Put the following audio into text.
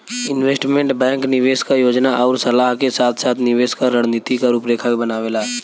investment bank निवेश क योजना आउर सलाह के साथ साथ निवेश क रणनीति क रूपरेखा भी बनावेला